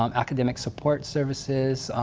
um academic support services,